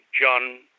John